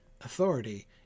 authority